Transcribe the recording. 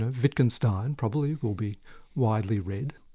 ah wittgenstein probably will be widely read,